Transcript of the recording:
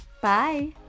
Bye